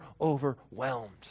overwhelmed